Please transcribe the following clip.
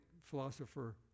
philosopher